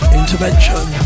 intervention